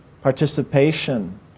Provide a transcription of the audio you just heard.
participation